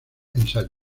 ensayo